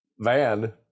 van